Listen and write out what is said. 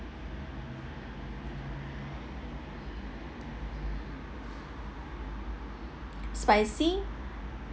spicy